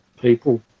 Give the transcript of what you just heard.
people